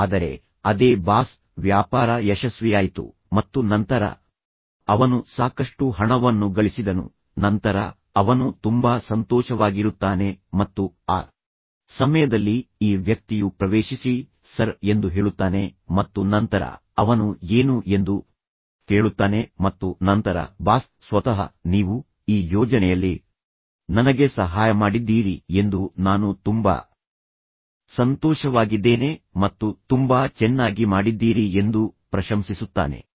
ಆದರೆ ಅದೇ ಬಾಸ್ ವ್ಯಾಪಾರ ಯಶಸ್ವಿಯಾಯಿತು ಮತ್ತು ನಂತರ ಅವನು ಸಾಕಷ್ಟು ಹಣವನ್ನು ಗಳಿಸಿದನು ನಂತರ ಅವನು ತುಂಬಾ ಸಂತೋಷವಾಗಿರುತ್ತಾನೆ ಮತ್ತು ಆ ಸಮಯದಲ್ಲಿ ಈ ವ್ಯಕ್ತಿಯು ಪ್ರವೇಶಿಸಿ ಸರ್ ಎಂದು ಹೇಳುತ್ತಾನೆ ಮತ್ತು ನಂತರ ಅವನು ಏನು ಎಂದು ಕೇಳುತ್ತಾನೆ ಮತ್ತು ನಂತರ ಬಾಸ್ ಸ್ವತಃ ನೀವು ಈ ಯೋಜನೆಯಲ್ಲಿ ನನಗೆ ಸಹಾಯ ಮಾಡಿದ್ದೀರಿ ಎಂದು ನಾನು ತುಂಬಾ ಸಂತೋಷವಾಗಿದ್ದೇನೆ ಮತ್ತು ತುಂಬಾ ಚೆನ್ನಾಗಿ ಮಾಡಿದ್ದೀರಿ ಎಂದು ಪ್ರಶಂಸಿಸುತ್ತಾನೆ